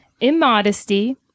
Immodesty